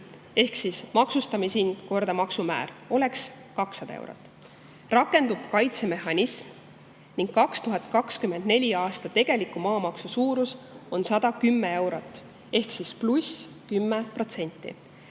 ehk siis [maa] maksustamishind korrutatud maksumääraga annaks 200 eurot, rakendub kaitsemehhanism ning 2024. aasta tegeliku maamaksu suurus on 110 eurot ehk pluss 10%.